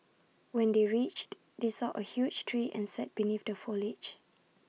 when they reached they saw A huge tree and sat beneath the foliage